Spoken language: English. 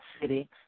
city